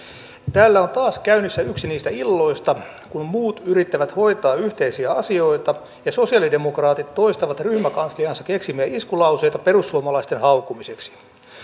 täällä on taas käynnissä yksi niistä illoista kun muut yrittävät hoitaa yhteisiä asioita ja sosialidemokraatit toistavat ryhmäkansliansa keksimiä iskulauseita perussuomalaisten haukkumiseksi